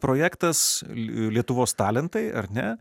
projektas lietuvos talentai ar ne